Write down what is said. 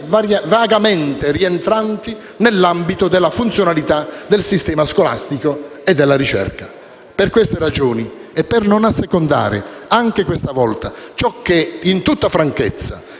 vagamente rientranti nell'ambito della funzionalità del sistema scolastico e della ricerca. Per queste ragioni e per non assecondare anche questa volta ciò che, in tutta franchezza,